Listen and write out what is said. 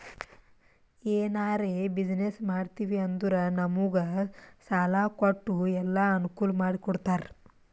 ಎನಾರೇ ಬಿಸಿನ್ನೆಸ್ ಮಾಡ್ತಿವಿ ಅಂದುರ್ ನಮುಗ್ ಸಾಲಾ ಕೊಟ್ಟು ಎಲ್ಲಾ ಅನ್ಕೂಲ್ ಮಾಡಿ ಕೊಡ್ತಾರ್